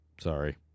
Sorry